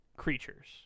creatures